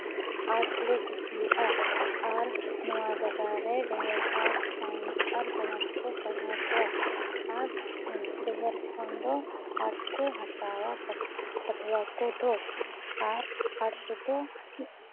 arts ᱞᱮ ᱠᱩᱥᱤᱭᱟᱜᱼᱟ ᱟᱨ ᱱᱚᱣᱟ ᱡᱟᱭᱜᱟ ᱨᱮ ᱰᱷᱮᱨ ᱟᱨᱴᱥ ᱥᱟᱭᱮᱱᱥ ᱟᱨ ᱠᱚᱢᱟᱨᱥ ᱠᱚ ᱯᱟᱲᱦᱟᱣ ᱠᱚᱣᱟ ᱟᱨ ᱰᱷᱮᱨ ᱠᱷᱚᱱ ᱫᱚ ᱟᱨᱴᱥ ᱠᱚ ᱦᱟᱛᱟᱣᱟ ᱯᱟᱹᱴᱷᱩᱣᱟᱹ ᱠᱚᱫᱚ ᱟᱨ ᱟᱨᱴᱥ ᱨᱮᱫᱚ